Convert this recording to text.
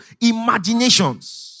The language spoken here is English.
Imaginations